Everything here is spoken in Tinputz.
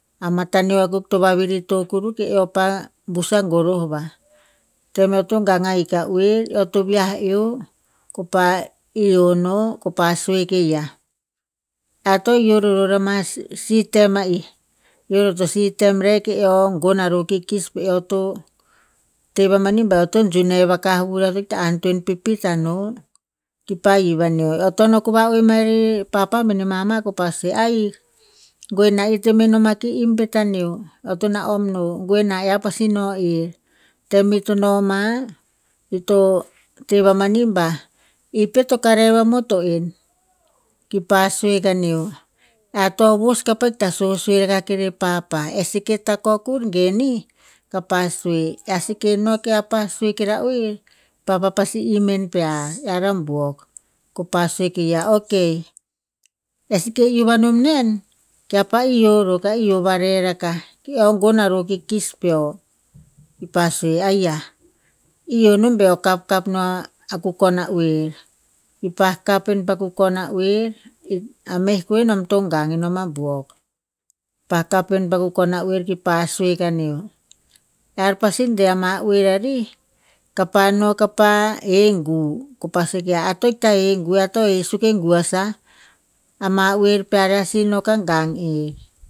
A mataneo a kuk to vavirito kuru keo pa bus a goroh o a vah. Tem eo to gang anik a oer eo to viah eo, ko pa ioh no ko pa sue ke ya. Ear to ioh ror ama si tem a i, ioh roh si tem reh keo gon aru o kikis pe eo ta teh va mani ba eo to junev akah vur eo to ita antoen pipit ano. Ki pa hiv aneo, eo to no ko va oeh ma ere papa mene mama. Ko pa sue ahik, gue na ito me noma ki im pet aneo, eo to na'om no gue na ear pasi no er. Tem ito noma ito teva mani ba, i pet to karev amot o en. Kipa sue kaneo, ar to vos kap ita sosue rakah ere papa, e seke tatok ur ge nih, kapa sue. Ar seke no kear pa sue kera oer, papa pasi im en pear a buok. Ko pa sue ke ya, ok eh seke iuh avo nen, kear pa ioh ro kear ioh va reh rakah keo gon aro o kikis peo. Kipa sue aiya, ioh roh beo kapkap no a kukon a oer. Kipa kap en a kukon a oer, a meh ko nam to gang nom a buok. Pa kap en a kukon a oer kipa sue kaneo, ear pasi deh ama oer ari kapa no kapa he gu. Ko pa sue ke ya, ar to ikta he gu. Ear to he suk e gu a sa, ama oer pear ear si no gang err.